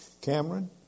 Cameron